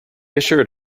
assured